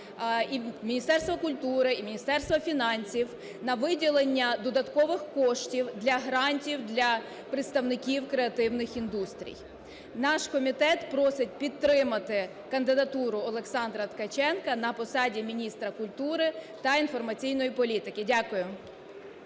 Міністерства культури і Міністерства фінансів, на виділення додаткових коштів для грантів для представників креативних індустрій. Наш комітет просить підтримати кандидатуру Олександра Ткаченка на посаді міністра культури та інформаційної політики. Дякую.